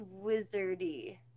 wizardy